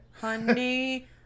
honey